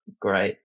great